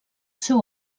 seu